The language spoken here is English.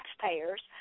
taxpayers